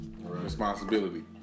Responsibility